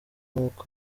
nk’uko